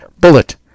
Bullet